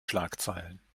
schlagzeilen